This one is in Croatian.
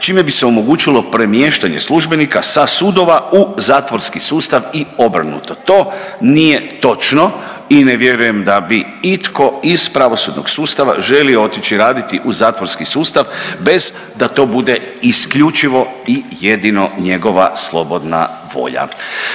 čime bi se omogućilo premještanje službenika sa sudova u zatvorski sustav i obrnuto. To nije točno i ne vjerujem da bi itko iz pravosudnog sustava želio otići raditi u zatvorski sustav bez da to bude isključivo i jedino njegova slobodna volja.